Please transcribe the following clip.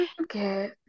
Okay